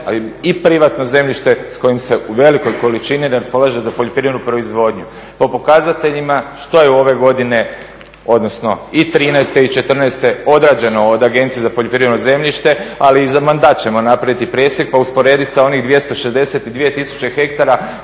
ali i privatno zemljište s kojim se u velikoj količini ne raspolaže za poljoprivrednu proizvodnju. Po pokazateljima što je ove godine, odnosno i 2013. i 2014. odrađeno od Agencije za poljoprivredno zemljište ali i za mandat ćemo napraviti presjek pa usporedit sa onih 262 tisuće hektara